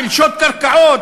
של שוד קרקעות,